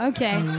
Okay